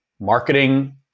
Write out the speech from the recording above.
marketing